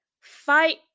Fight